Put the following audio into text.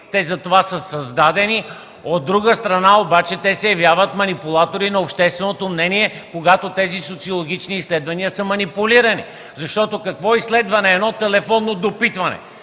затова са създадени; от друга страна обаче, те са манипулатори на общественото мнение, когато социологическите изследвания са манипулирани. Защото какво социологическо изследване е едно телефонно допитване,